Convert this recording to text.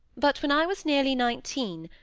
but when i was nearly nineteen,